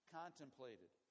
contemplated